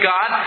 God